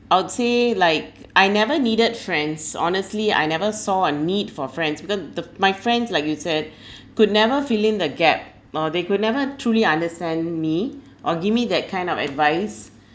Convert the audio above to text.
I'd say like I never needed friends honestly I never saw a need for friends becau~ the my friends like you said could never fill in the gap uh they could never truly understand me or give me that kind of advice